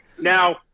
Now